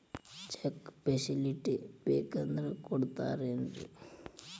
Check facility ಬೇಕಂದ್ರ ಕೊಡ್ತಾರೇನ್ರಿ?